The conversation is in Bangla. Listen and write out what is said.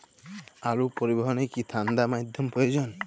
আলু পরিবহনে কি ঠাণ্ডা মাধ্যম প্রয়োজন?